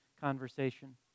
conversation